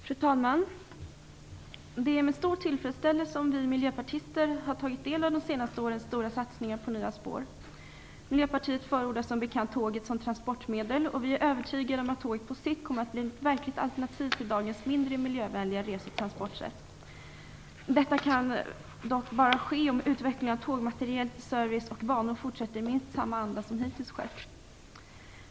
Fru talman! Det är med stor tillfredsställelse som vi miljöpartister har tagit del av de senaste årens stora satsningar på nya spår. Miljöpartiet förordar som bekant tåget som transportmedel. Vi är övertygade om att tåget på sikt kommer att bli ett verkligt alternativ till dagens mindre miljövänliga rese och transportsätt. Detta kan dock bara ske om utvecklingen av tågmateriel, service och banor fortsätter i åtminstone den anda som hittills skett.